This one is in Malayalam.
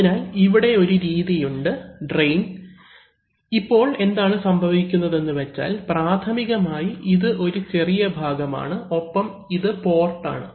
അതിനാൽ ഇവിടെ ഒരു രീതിയുണ്ട് ട്രയിൻ ഇപ്പോൾ എന്താണ് സംഭവിക്കുന്നത് എന്ന് വെച്ചാൽ പ്രാഥമികമായി ഇത് ഒരു ചെറിയ ഭാഗമാണ് ഒപ്പം ഇത് പോർട്ട് ആണ്